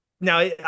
now